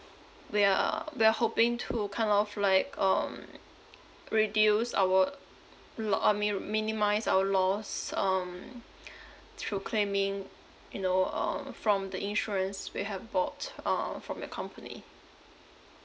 we are we are hoping to kind of like um reduce our lo~ I mean minimise our loss um through claiming you know uh from the insurance we have bought uh from your company